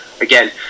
again